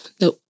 nope